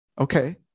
okay